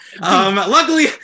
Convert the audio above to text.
luckily